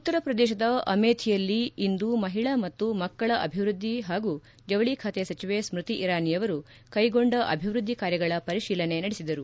ಉತ್ತರಪ್ರದೇಶದ ಅಮೇಥಿಯಲ್ಲಿ ಇಂದು ಮಹಿಳಾ ಮತ್ತು ಮಕ್ಕಳ ಅಭಿವೃದ್ದಿ ಹಾಗೂ ಜವಳಿ ಖಾತೆ ಸಚಿವೆ ಸ್ಮೃತಿ ಇರಾನಿಯವರು ತಮ್ನ ಕ್ಷೇತ್ರದಲ್ಲಿ ಕೈಗೊಂಡ ಅಭಿವ್ಯದ್ದಿ ಕಾರ್ಯಗಳ ಪರಿಶೀಲನೆ ನಡೆಸಿದರು